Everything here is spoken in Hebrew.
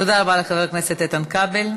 תודה רבה לחבר הכנסת איתן כבל.